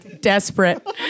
desperate